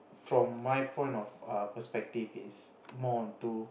from my point of ah perspective is more onto